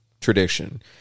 tradition